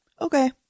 okay